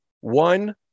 one